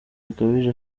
bikabije